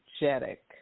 energetic